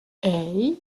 hey